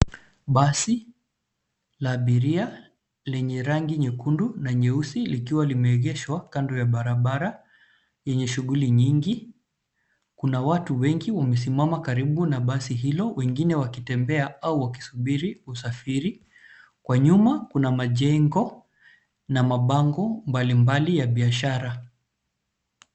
Basi la abiria lenye rangi nyekundu na nyeusi likiwa limeegeshwa kando ya barabara yenye shughuli nyingi. Kuna watu wengi wamesimama karibu na basi hilo wengine wakitembea au wakisubiri kusafiri. Kwa nyuma kuna majengo na mabango mbalimbali ya biashara.